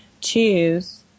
choose